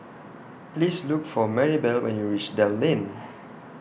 Please Look For Marybelle when YOU REACH Dell Lane